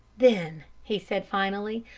then, he said finally,